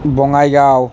Bongaigaon